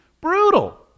brutal